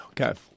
Okay